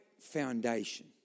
foundation